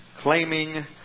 claiming